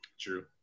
True